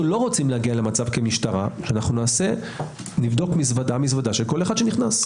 אנו לא רוצים להגיע למצב במשטרה שנבדוק מזוודה-מדווה של כל מי שנכנס.